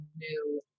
new